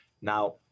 Now